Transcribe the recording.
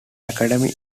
academy